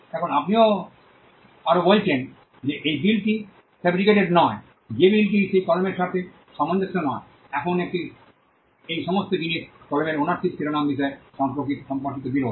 এখন আপনি আরও বলছেন যে এই বিলটি ফ্রেব্রিকেটেড নয় বা বিলটি সেই কলমের সাথে সামঞ্জস্য নয় এখন এই সমস্ত জিনিস কলমের ওনারশিপ শিরোনাম বিষয়ে সম্পর্কিত বিরোধ